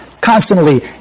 constantly